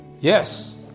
yes